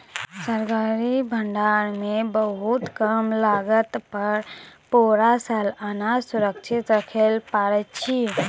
सरकारी भंडार मॅ बहुत कम लागत पर पूरा साल अनाज सुरक्षित रक्खैलॅ पारै छीं